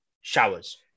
showers